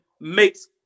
makes